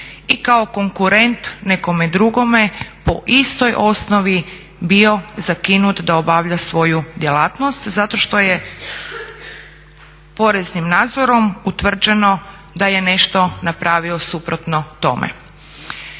i kao konkurent nekome drugome po istoj osnovi bio zakinut da obavlja svoju djelatnost zato što je poreznim nadzorom utvrđeno da je nešto napravio suprotno tome.